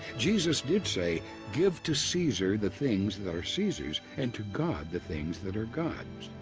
jesus did say, give to caesar the things that are caesar's, and to god the things that are god's.